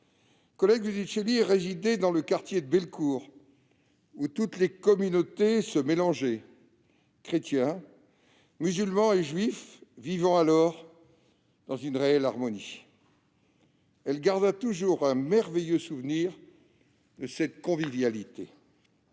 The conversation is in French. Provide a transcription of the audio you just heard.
Colette Giudicelli résidait dans le quartier de Belcourt, où toutes les communautés se mélangeaient, chrétiens, musulmans et juifs vivant alors dans une réelle harmonie. Elle garda toujours un merveilleux souvenir de cette convivialité.